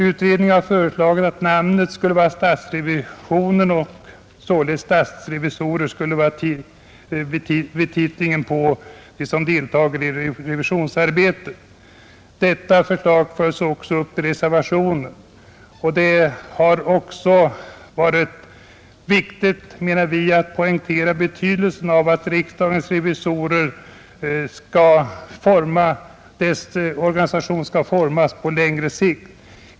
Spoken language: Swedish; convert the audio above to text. Utredningen har föreslagit att namnet skall vara statsrevisionen och att statsrevisorer skulle vara titeln för de förtroendevalda som deltar i revisionsarbetet. Detta förslag följs upp i reservationen, vari också poängteras betydelsen av att riksdagens revisorers organisation formas på längre sikt.